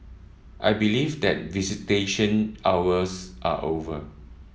I believe that visitation hours are over